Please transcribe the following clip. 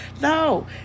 No